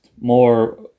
more